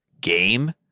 game